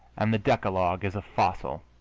and the decalogue is a fossil.